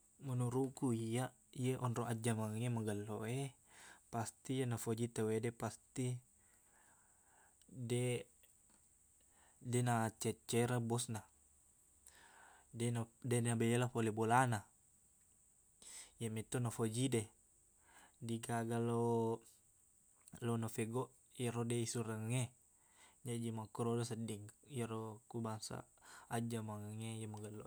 Menurukku iyaq, iye onro ajjamangengnge magello e, pasti nafoji tauwede, pasti deq- deqna ceccereng bosna. Deqna- deqna bela fole bolana. Iyamitu nafojide. Dikaga lo- lo nafegoq ero deisurengnge. Jaji makkororo sedding, iyero ku bangsa ajjamangengnge iye maggello.